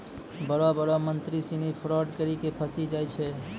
बड़ो बड़ो मंत्री सिनी फरौड करी के फंसी जाय छै